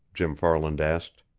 jim farland asked.